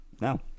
now